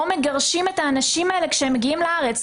מגרשים את האנשים האלה כשהם מגיעים לארץ,